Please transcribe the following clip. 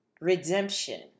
Redemption